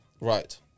right